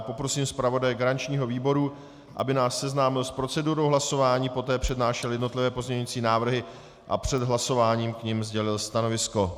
Poprosím zpravodaje garančního výboru, aby nás seznámil s procedurou hlasování, poté přednášel jednotlivé pozměňovací návrhy a před hlasováním k nim sdělil stanovisko.